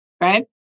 right